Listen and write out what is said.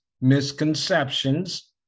misconceptions